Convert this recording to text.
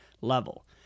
level